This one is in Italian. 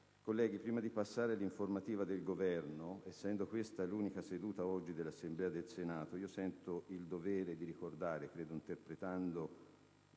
colleghi, prima di passare all'informativa del Governo, essendo questa l'unica seduta di oggi dell'Assemblea del Senato, sento il dovere di ricordare, interpretando